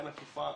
אין אכיפה,